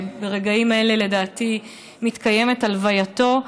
וברגעים אלה לדעתי מתקיימת הלווייתו.